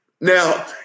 now